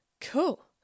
cool